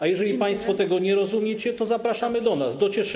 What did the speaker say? A jeżeli państwo tego nie rozumiecie, to zapraszamy do nas, do Cieszyna.